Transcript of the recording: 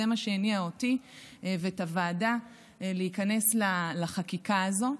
מה שהניע אותי ואת הוועדה להיכנס לחקיקה הזאת.